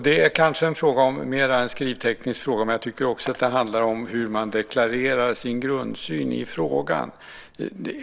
Det är kanske mer en skrivteknisk fråga, men jag tycker också att det handlar om hur man deklarerar sin grundsyn i frågan.